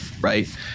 right